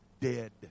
dead